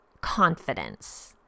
confidence